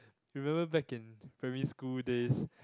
remember back in primary school days